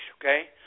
okay